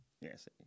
Yes